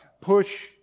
push